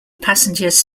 passengers